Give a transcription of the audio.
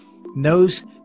knows